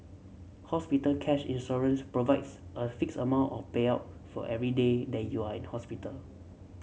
hospital cash insurance provides a fixed amount of payout for every day that you are in hospital